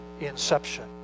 inception